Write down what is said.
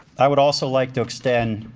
i would also like to extend